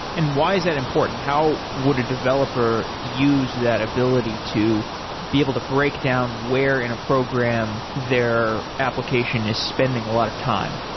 and why is that important? how would a developer use that ability to be able to breakdown where in a program their application is spending a lot of time?